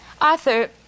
Arthur